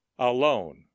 Alone